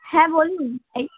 হ্যাঁ বলুন এই